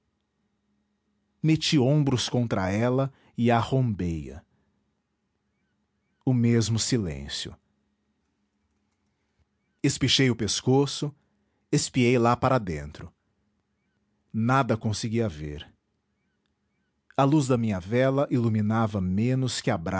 meti ombros contra ela e arrombei a o mesmo silêncio espichei o pescoço espiei lá para dentro nada consegui ver a luz da minha vela iluminava menos que a